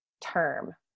term